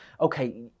okay